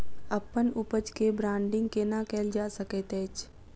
अप्पन उपज केँ ब्रांडिंग केना कैल जा सकैत अछि?